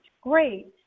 great